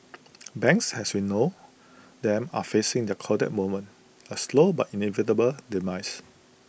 banks as we know them are facing their Kodak moment A slow but inevitable demise